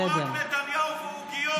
הוא, רק נתניהו ועוגיות.